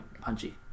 Punchy